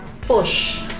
push